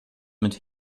mit